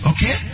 Okay